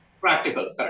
Practical